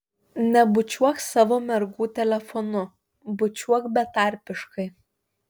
nebučiuok savo mergų telefonu bučiuok betarpiškai